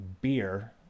beer